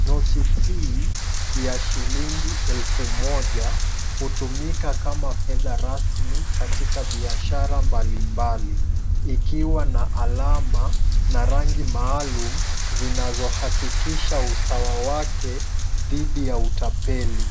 Noti hii ya shilingi elfu moja, hutumika kama fedha rasmi katika biashara mbali mbali, ikiwa na alama na rangi maalum zinazohakikisha usawa wake dhidi ya utapeli.